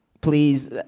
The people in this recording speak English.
Please